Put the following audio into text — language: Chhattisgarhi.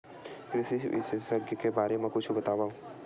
कृषि विशेषज्ञ के बारे मा कुछु बतावव?